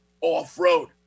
off-road